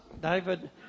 David